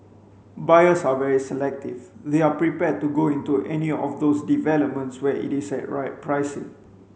buyers are very selective they are prepared to go into any of those developments where it is at right pricing